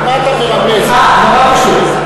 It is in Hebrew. למה אתה מרמז?